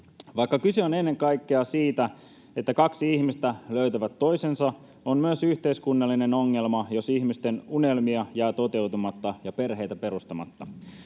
Vaikka kyse on ennen kaikkea siitä, että kaksi ihmistä löytää toisensa, on myös yhteiskunnallinen ongelma, jos ihmisten unelmia jää toteutumatta ja perheitä perustamatta.